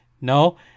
no